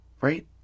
right